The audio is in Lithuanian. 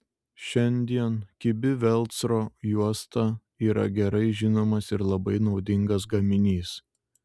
šiandien kibi velcro juosta yra gerai žinomas ir labai naudingas gaminys